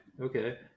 Okay